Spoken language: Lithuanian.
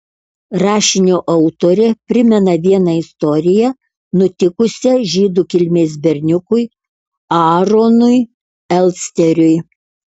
rašinio autorė primena vieną istoriją nutikusią žydų kilmės berniukui aaronui elsteriui